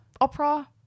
Opera